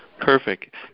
Perfect